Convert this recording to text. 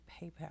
PayPal